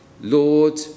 Lord